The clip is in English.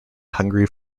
hungry